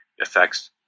affects